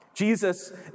Jesus